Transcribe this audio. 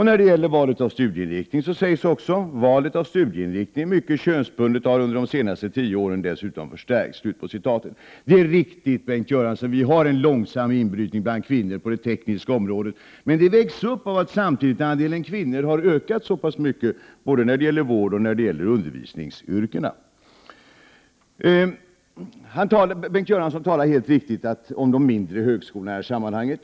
När det gäller valet av studieinriktning sägs det också: ”Valet av studieinriktning är mycket könsbundet och har under de senaste tio åren dessutom förstärkts.” Det är riktigt, Bengt Göransson, att inbrytningen av kvinnor på det tekniska området är långsam, men det vägs upp av att andelen kvinnor samtidigt har ökat så pass mycket när det gäller både vårdoch undervisningsyrkena. Bengt Göransson talar helt riktigt om de mindre högskolorna i sammanhanget.